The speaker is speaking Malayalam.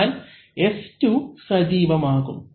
എന്നാൽ S2 സജീവം ആകും